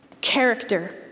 character